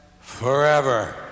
forever